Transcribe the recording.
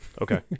Okay